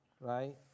right